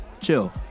chill